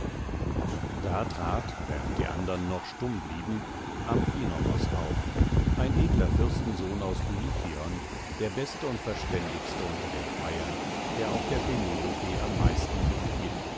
da trat während die andern noch stumm blieben amphinomos auf ein edler fürstensohn aus dulichion der beste und verständigste unter den freiern der auch der penelope am meisten gefiel